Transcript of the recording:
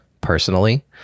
personally